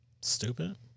Stupid